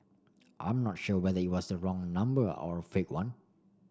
I'm not sure whether it was the wrong number or fake one